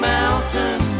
Mountain